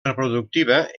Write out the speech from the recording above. reproductiva